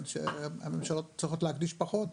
הממשלות צריכות להקדיש פחות.